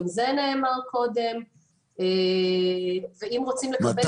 גם זה נאמר קודם ואם רוצים לקבל מספרים